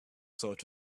sort